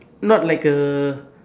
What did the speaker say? not like a